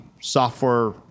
software